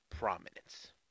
Prominence